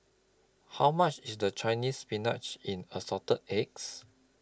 How much IS The Chinese Spinach in Assorted Eggs